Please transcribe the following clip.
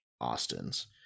Austin's